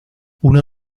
uno